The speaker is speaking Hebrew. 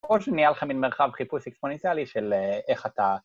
עוד שנייה לך מן מרחב חיפוש אקספוניציאלי של איך אתה...